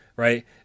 Right